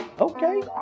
Okay